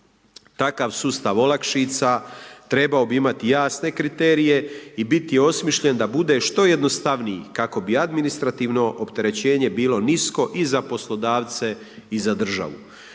Takav sustav olakšica trebao bi imati jasne kriterije i biti osmišljen da bude što jednostavniji kako bi administrativno opterećenje bilo nisko i za poslodavce i za državu.